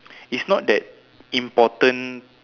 it's not that important